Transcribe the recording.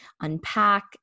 unpack